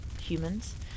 humans